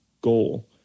goal